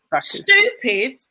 stupid